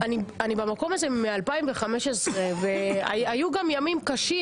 אני במקום הזה משנת 2015 והיו גם ימים קשים,